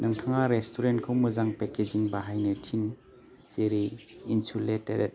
नोंथाङा रेसटुरेन्टखौ मोजां पेकेजिं बाहायनो थिन जेरै इनसुलेटेरेट